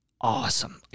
awesome